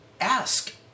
Ask